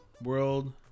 World